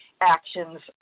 actions